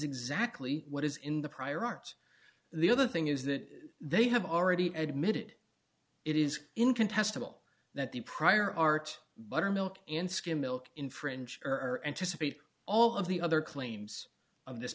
exactly what is in the prior art the other thing is that they have already admitted it is incontestable that the prior art buttermilk and skim milk in french are anticipate all of the other claims of this